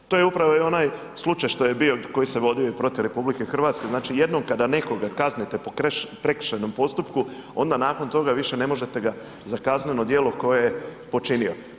To je upravo onaj slučaj što je bio, koji se vodio protiv RH, znači jednom kada nekoga kaznite po prekršajnom postupku, onda nakon toga više ne možete ga za kazneno djelo koje je počinio.